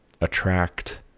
attract